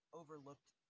overlooked